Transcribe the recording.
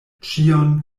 ĉion